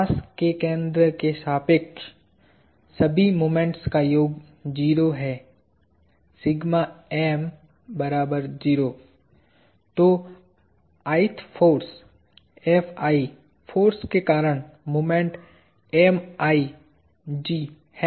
मास के केंद्र के सापेक्ष सभी मोमेंट्स का योग 0 है तो ith force फोर्स के कारण मोमेंट है